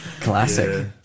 Classic